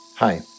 Hi